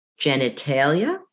genitalia